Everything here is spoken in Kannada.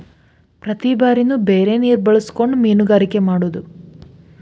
ಪ್ರತಿ ಬಾರಿನು ಬೇರೆ ನೇರ ಬಳಸಕೊಂಡ ಮೇನುಗಾರಿಕೆ ಮಾಡುದು